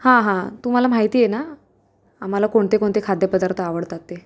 हां हां तुम्हाला माहिती आहे ना आम्हाला कोणते कोणते खाद्यपदार्थ आवडतात ते